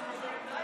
עודד פורר.